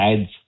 adds